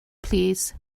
plîs